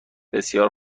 بسیار